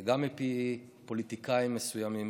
וגם מפי פוליטיקאים מסוימים,